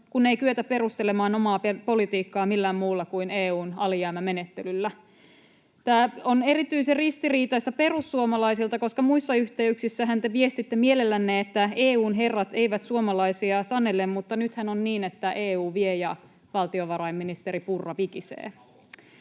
kun ei kyetä perustelemaan omaa politiikkaa millään muulla kuin EU:n alijäämämenettelyllä. Tämä on erityisen ristiriitaista perussuomalaisilta, koska muissa yhteyksissähän te viestitte mielellänne, että EU:n herrat eivät suomalaisia sanele, mutta nythän on niin, että EU vie ja valtiovarainministeri Purra vikisee.